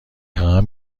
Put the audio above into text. خواهم